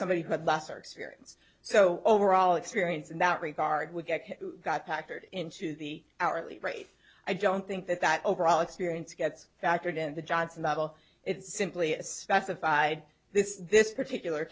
somebody who had lesser experience so overall experience in that regard we've got packard into the hourly rate i don't think that that overall experience gets factored in the johnson model it's simply a specified this this particular